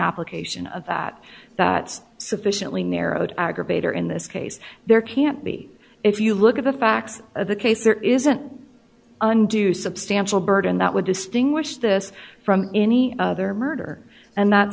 application of that that's sufficiently narrowed aggravator in this case there can't be if you look at the facts of the case there is an undue substantial burden that would distinguish this from any other murder and not